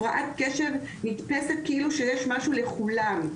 הפרעת קשב נתפסת כאילו משהו שיש לכולם,